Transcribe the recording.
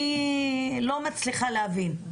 אני לא מצליחה להבין.